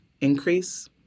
increase